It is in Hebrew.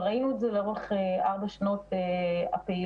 וראינו את זה לאורך ארבע שנות הפעילות.